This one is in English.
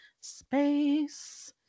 space